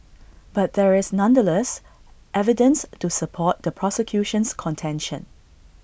but there is nonetheless evidence to support the prosecution's contention